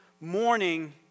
morning